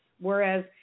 whereas